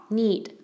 need